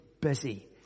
busy